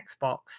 Xbox